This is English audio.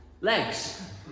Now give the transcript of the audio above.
legs